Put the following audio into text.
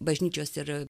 bažnyčios ir